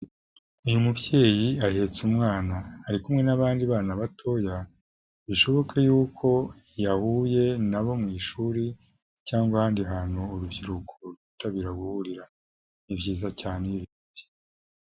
Uyu mubyeyi ahetse umwana, ari kumwe n'abandi bana batoya bishoboka yuko yahuye nabo mu ishuri, cyangwa ahandi hantu urubyiruko rwitabira guhurira, ni byiza cyane.